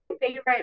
favorite